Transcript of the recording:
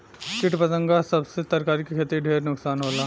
किट पतंगा सब से तरकारी के खेती के ढेर नुकसान होला